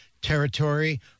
territory